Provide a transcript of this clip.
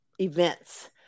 events